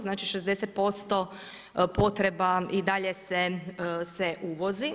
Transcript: Znači 60% potreba i dalje se uvozi.